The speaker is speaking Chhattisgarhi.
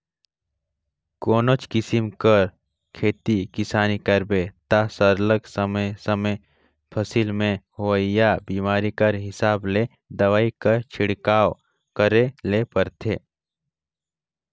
कोनोच किसिम कर खेती किसानी करबे ता सरलग समे समे फसिल में होवइया बेमारी कर हिसाब ले दवई कर छिड़काव करे ले परथे